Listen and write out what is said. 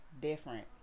Different